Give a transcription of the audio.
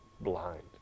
blind